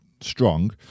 strong